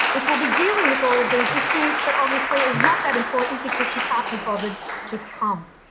which will be dealing with all of these issues, but obviously is not that important, because she can't be bothered to come.